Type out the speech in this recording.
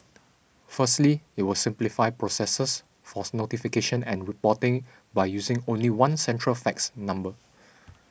firstly it will simplify processes for notification and reporting by using only one central fax number